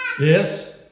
Yes